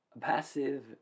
Passive